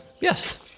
Yes